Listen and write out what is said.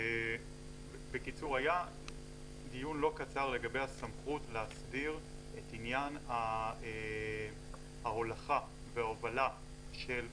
היה דיון לא קצר לגבי הסמכות להסדיר את עניין ההולכה וההובלה של גז,